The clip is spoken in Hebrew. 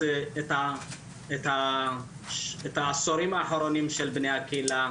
את העשורים האחרונים של בני הקהילה,